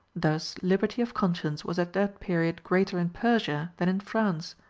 thus liberty of conscience was at that period greater in persia than in france.